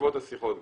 בעקבות השיחות,